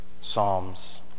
Psalms